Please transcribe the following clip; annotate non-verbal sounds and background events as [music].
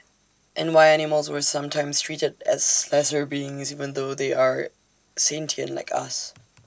and why animals were sometimes treated as lesser beings even though they are sentient like us [noise]